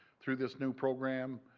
through this new program,